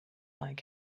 like